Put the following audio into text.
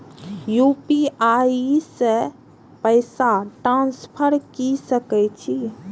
UPI से पैसा transfer की सके छी?